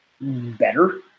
better